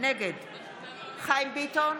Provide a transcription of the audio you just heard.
נגד חיים ביטון,